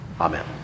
Amen